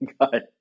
God